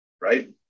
right